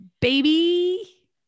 baby